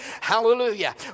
hallelujah